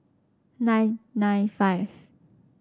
nine nine five